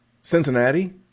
Cincinnati